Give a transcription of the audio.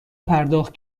پرداخت